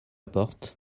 porte